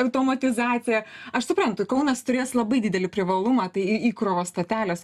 automatizacija aš suprantu kaunas turės labai didelį privalumą tai į įkrovos stotelės